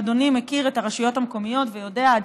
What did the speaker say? ואדוני מכיר את הרשויות המקומיות ויודע עד